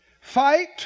Fight